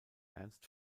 ernst